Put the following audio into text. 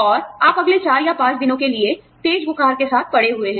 और आप अगले 4 या 5 दिनों के लिए तेज बुखार के साथ पड़े हुए हैं